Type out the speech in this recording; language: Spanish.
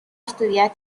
estudiar